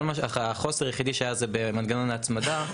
החוסר היחיד שהיה הוא במנגנון ההצמדה.